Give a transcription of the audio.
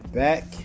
back